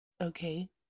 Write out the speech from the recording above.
Okay